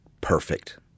perfect